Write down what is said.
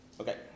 Okay